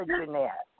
Jeanette